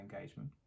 engagement